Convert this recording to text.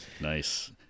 Nice